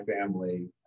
family